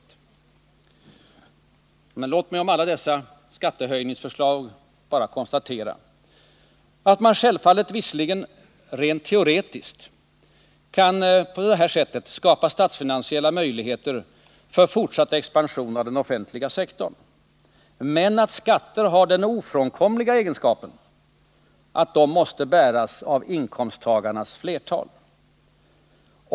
Låt mig, herr talman, beträffande alla dessa skattehöjningsförslag bara konstatera att man visserligen rent teoretiskt på detta sätt självfallet kan skapa statsfinansiella möjligheter för fortsatt expansion av den offentliga sektorn men att skatter har den ofrånkomliga egenskapen att de måste bäras av inkomsttagarnas flertal.